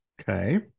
okay